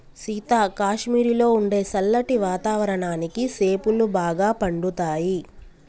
సీత కాశ్మీరులో ఉండే సల్లటి వాతావరణానికి సేపులు బాగా పండుతాయి